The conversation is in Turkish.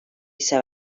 ise